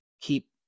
Keep